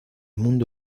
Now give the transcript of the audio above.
mundo